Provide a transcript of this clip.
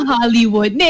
Hollywood